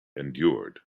endured